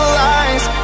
lies